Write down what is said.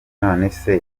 nonese